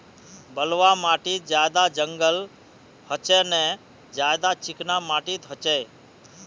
बलवाह माटित ज्यादा जंगल होचे ने ज्यादा चिकना माटित होचए?